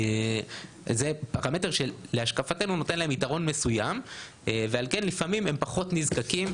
זה פרמטר שלהשקפתנו נותן להם יתרון מסוים ועל כן לפעמים הם פחות נזקקים